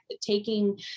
taking